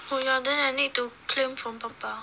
oh yeah then I need to claim from papa